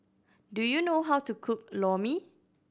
do you know how to cook Lor Mee